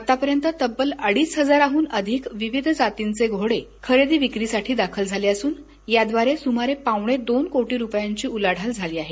आता पर्यत तब्बल अडीच हजारांहून अधिक विविध जातींचे घोडे खरेदी विक्रीसाठी दाखल झाले असून याद्वारे सुमारे पावनेदोन कोटी रूपयांची उलाढाल झालीआहे